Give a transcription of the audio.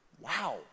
Wow